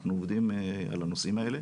אנחנו עובדים על הנושאים האלה